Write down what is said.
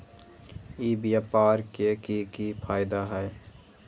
ई व्यापार के की की फायदा है?